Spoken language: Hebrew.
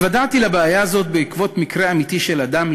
התוודעתי לבעיה הזאת בעקבות מקרה אמיתי של אדם,